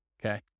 Okay